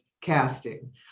casting